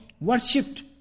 worshipped